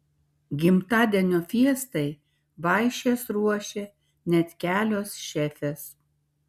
gimtadienio fiestai vaišes ruošė net kelios šefės